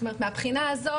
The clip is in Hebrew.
מבחינה זו,